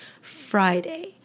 Friday